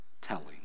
telling